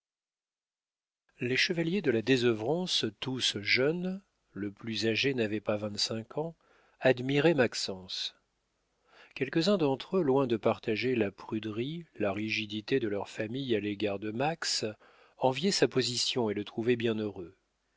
les chevaliers de la désœuvrance tous jeunes le plus âgé n'avait pas vingt-cinq ans admiraient maxence quelques-uns d'entre eux loin de partager la pruderie la rigidité de leurs familles à l'égard de max enviaient sa position et le trouvaient bien heureux